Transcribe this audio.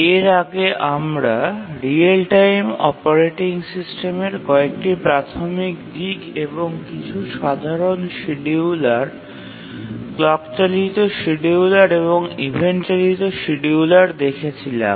এর আগে আমরা রিয়েল টাইম অপারেটিং সিস্টেমের কয়েকটি প্রাথমিক দিক এবং কিছু সাধারণ শিডিয়ুলার ক্লক চালিত শিডিয়ুলার এবং ইভেন্ট চালিত শিডিয়ুলার দেখেছিলাম